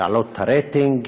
להעלות את הרייטינג.